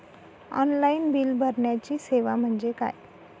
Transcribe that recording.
Online bill भरण्याची सेवा म्हणजे काय?